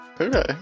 Okay